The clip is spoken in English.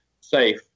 safe